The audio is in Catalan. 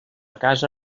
casa